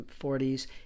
40s